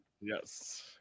Yes